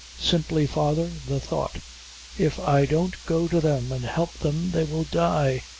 simply, father, the thought if i don't go to them and help them, they will die.